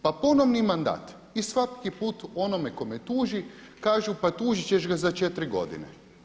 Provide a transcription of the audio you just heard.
Pa ponovni mandat i svaki put onome tko me tuži kažu pa tužit ćeš ga za četiri godine.